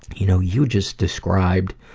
you know, you just described